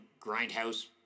grindhouse